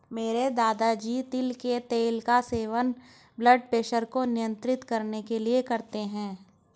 मेरे दादाजी तिल के तेल का सेवन ब्लड प्रेशर को नियंत्रित करने के लिए करते हैं